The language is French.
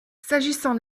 s’agissant